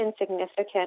insignificant